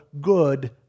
good